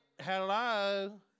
hello